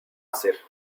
hacer